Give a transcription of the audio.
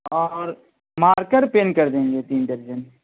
اور marker pen کر دیجیے تین درجن